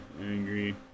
angry